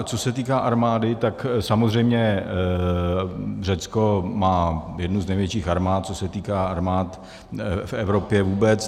Co se týká armády, tak samozřejmě Řecko má jednu z největších armád, co se týká armád v Evropě vůbec.